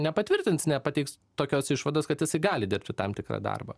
nepatvirtins nepateiks tokios išvados kad jisai gali dirbti tam tikrą darbą